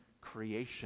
creation